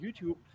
YouTube